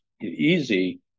easy